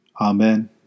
Amen